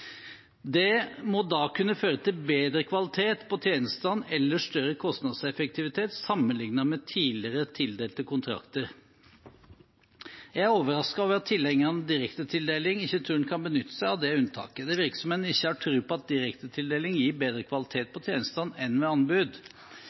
Det må da kunne føre til bedre kvalitet på tjenestene eller større kostnadseffektivitet sammenliknet med tidligere tildelte kontrakter. Jeg er overrasket over at tilhengerne av direktetildeling ikke tror en kan benytte seg av det unntaket. Det virker som om en ikke har tro på at direktetildeling gir bedre kvalitet